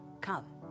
come